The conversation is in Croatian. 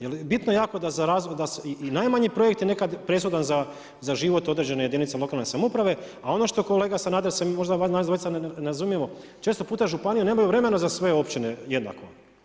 Jer bitno jako da za, i najmanji projekt je nekad presudan za život određene jedinica lokalne samouprave, a ono što kolega Sanader se možda nas dvojica ne razumijemo, često puta županije nemaju vremena za sve općine jednako.